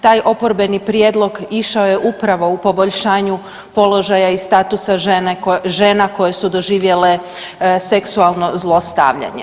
Taj oporbeni prijedlog išao je upravo u poboljšanju položaju i statusa žena koje su doživjele seksualno zlostavljanje.